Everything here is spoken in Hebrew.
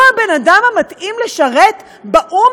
הוא הבן-אדם המתאים לשרת באו"ם,